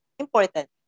Important